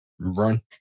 run